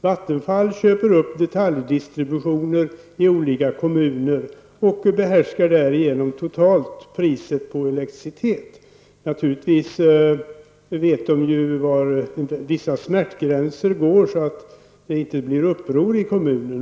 Vattenfall köper upp detaljdistributioner i olika kommuner och behärskar därigenom totalt priset på elektricitet. Naturligtvis vet de var vissa smärtgränser går så att det inte blir uppror i kommunen.